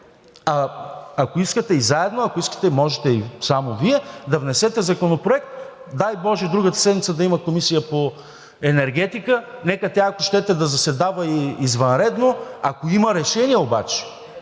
Ако искате и заедно, ако искате може и само Вие, да внесете законопроект. Дай боже, другата седмица да има Комисия по енергетика, нека тя, ако щете, да заседава и извънредно. Ако има решение обаче,